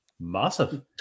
massive